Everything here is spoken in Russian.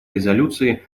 резолюции